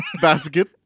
basket